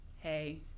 hey